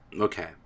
okay